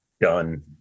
done